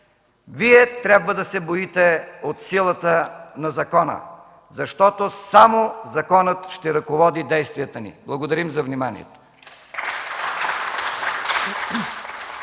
Вие трябва да се боите от силата на закона, защото само законът ще ръководи действията ни. Благодарим за вниманието.